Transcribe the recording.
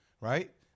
Right